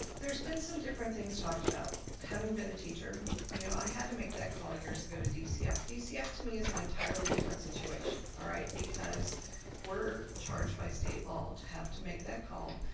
there's been some different things talked about. having been a teacher, you know, i had to make that call years ago to dcf. dcf to me is an entirely different situation, all right, because we're charged by state law to have to make that call.